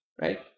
Right